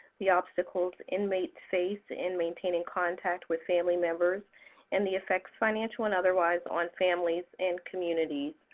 the obstacles inmates face in maintaining contact with family members and the effects, financial and otherwise, on families and communities.